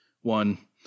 one